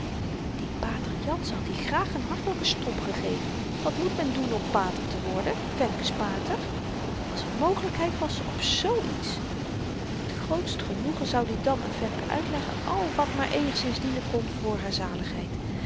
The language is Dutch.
dien pater jansen had i graag n hartelyken stomp gegeven wat moet men doen om pater te worden femke's pater als er mogelykheid was op zoo iets met het grootst genoegen zoud i dan aan femke uitleggen al wat maar eenigszins dienen kon voor haar zaligheid